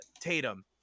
Tatum